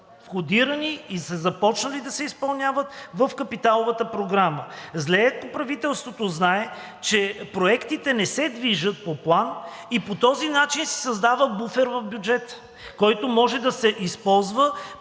входирани и са започнали да се изпълняват в капиталовата програма. Зле е, ако правителството знае, че проектите не се движат по план и по този начин се създава буфер в бюджета, който може да се използва